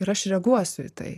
ir aš reaguosiu į tai